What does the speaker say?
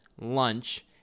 lunch